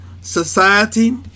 Society